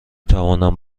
توانم